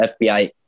FBI